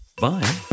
bye